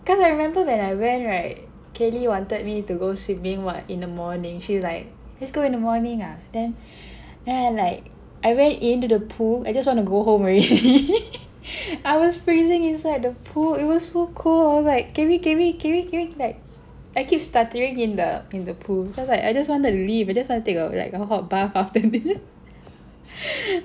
cause I remember when I went right Kelly wanted me to go swimming what in the morning she's like let's go in the morning ah then then I like I went in to the pool I just wanna go home already I was freezing inside the pool it was so cold I was like Kelly Kelly Kelly Kelly I like I keep stuttering in the in the pool cause like I just want to leave I just want to take like a hot bath after that